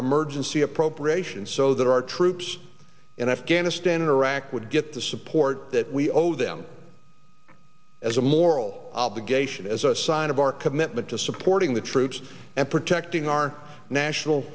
emergency appropriation so that our troops in afghanistan in iraq would get the support that we owe them as a moral obligation as a sign of our commitment to supporting the troops and protecting our national